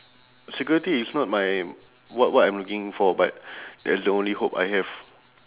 security is not my what what I'm looking for but that's the only hope I have